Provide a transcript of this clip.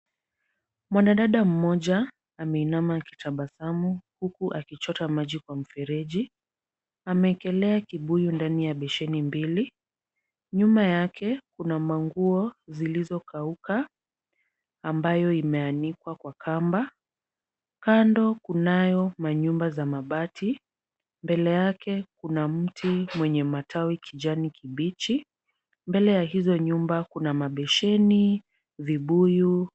Mwanadada mmoja ameinama akitabasamu huku akichota maji kwa mfereji. Ameekelea kibuyu ndani ya besheni mbili. Nyuma yake kuna manguo zilizokauka ambayo imeanikwa kwa kamba. Kando kunayo manyumba za mabati. Mbele yake kuna mti mwenye matawi kijani kibichi. Mbele ya hizo nyumba kuna mabesheni, vibuyu.